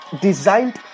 designed